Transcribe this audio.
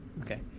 okay